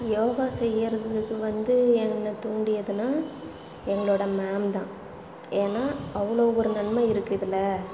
யோகா செய்கிறதுக்கு வந்து என்னை தூண்டியதுனால் எங்களோடய மேம் தான் ஏன்னா அவ்வளோ ஒரு நன்மை இருக்குது இதில்